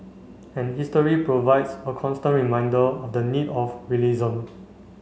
and history provides a constant reminder of the need of realism